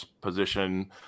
position